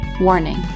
Warning